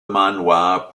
manoir